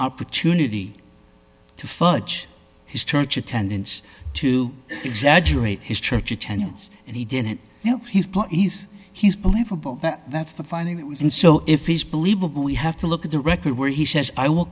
opportunity to furch his church attendance to exaggerate his church attendance and he did it you know he's please his belief that that's the finding that was and so if is believable we have to look at the record where he says i will